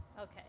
Okay